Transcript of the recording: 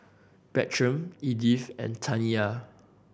Bertram Edythe and Taniya